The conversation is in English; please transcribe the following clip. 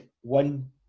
one